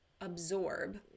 absorb